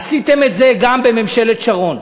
עשיתם את זה גם בממשלת שרון,